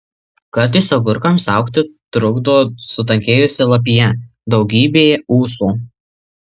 kartais agurkams augti trukdo sutankėjusi lapija daugybė ūsų